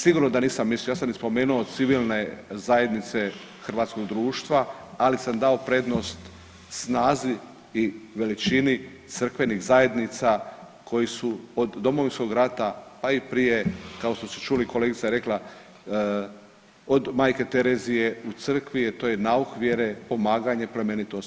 Sigurno da nisam mislio, ja sam i spomenuo civilne zajednice hrvatskog društva, ali sam dao prednost snazi i veličini crkvenih zajednica koje su od Domovinskog rata, pa i prije, kao što ste čuli i kolegica je rekla, od Majke Terezije u Crkvi, to je nauk vjere, pomaganje, plemenitost.